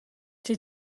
chi